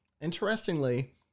Interestingly